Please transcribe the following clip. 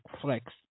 Flex